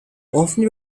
often